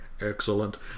Excellent